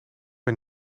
een